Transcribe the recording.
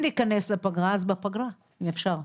אם ניכנס לפגרה, אם אפשר בפגרה.